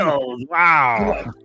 wow